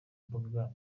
mbuga